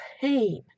pain